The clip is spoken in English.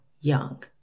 young